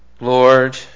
Lord